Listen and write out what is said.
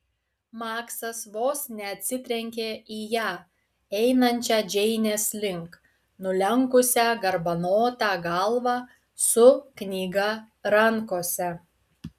maksas vos neatsitrenkė į ją einančią džeinės link nulenkusią garbanotą galvą su knyga rankose